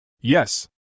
Yes